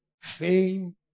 fame